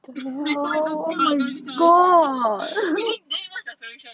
then then 不是一直 stomp 下去 okay then what is your solution